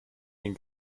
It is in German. den